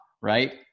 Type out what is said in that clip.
right